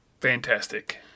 fantastic